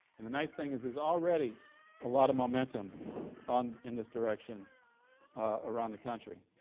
and the nice thing is there's already a lot of momentum on in this direction around the country,